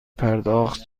پرداخت